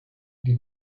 die